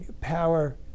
power